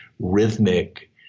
rhythmic